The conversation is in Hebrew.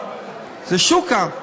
זה שוק כאן.